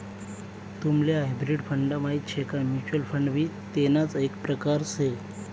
तुम्हले hybrid fund माहित शे का? म्युच्युअल फंड भी तेणाच एक प्रकार से